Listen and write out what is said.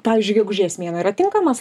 pavyzdžiui gegužės mėnuo yra tinkamas